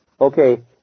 Okay